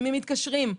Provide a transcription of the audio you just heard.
למי מתקשרים?